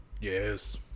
yes